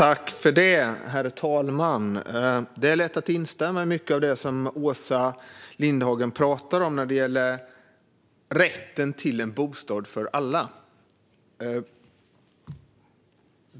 Herr talman! Det är lätt att instämma i mycket av det som Åsa Lindhagen talar om vad gäller rätten till en bostad för alla.